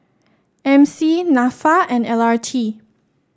M C NAFA and L R T